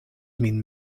min